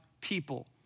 people